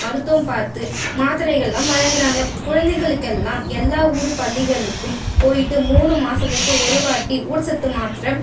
மருத்துவம் பார்த்து மாத்திரைகள்லாம் வழங்குறாங்க குழந்தைகளுக்கெல்லாம் எல்லா ஊர் பள்ளிகளுக்கும் போய்ட்டு மூணு மாதத்திற்கு ஒருவாட்டி ஊட்டச்சத்து மாத்திரை